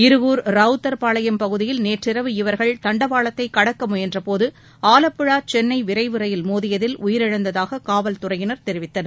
இருகூர் ராவுத்தர்பாளையம் பகுதியில் நேற்றிரவு இவர்கள் தண்டவாளத்தை கடக்க முயன்றபோது ஆலப்புழா சென்னை விரைவு ரயில் மோதியதில் உயிரிழந்ததாக காவல்துறையினர் தெரிவித்தனர்